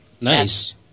Nice